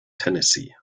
tennessee